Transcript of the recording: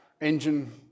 engine